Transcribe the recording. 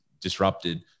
disrupted